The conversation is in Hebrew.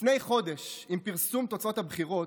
לפני חודש, עם פרסום תוצאות הבחירות,